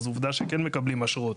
אז עובדה שכן מקבלים אשרות.